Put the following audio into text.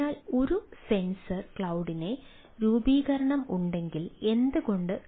അതിനാൽ ഒരു സെൻസർ ക്ലൌഡിന്റെ രൂപീകരണം ഉണ്ടെങ്കിൽ എന്തുകൊണ്ട്